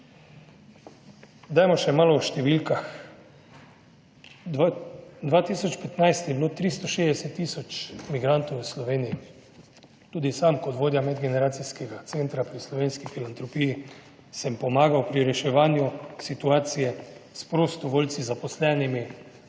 Dajmo še malo o številkah. 2015 je bilo 360 tisoč migrantov v Sloveniji. Tudi sam kot vodja medgeneracijskega centra pri Slovenski filantropiji sem pomagal pri reševanju situacije s prostovoljci, zaposlenimi,